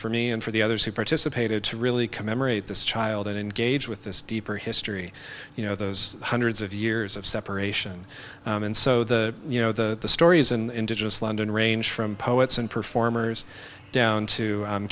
for me and for the others who participated to really commemorate this child and engage with this deeper history you know those hundreds of years of separation and so the you know the stories in digits london range from poets and performers down to